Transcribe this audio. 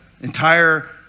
entire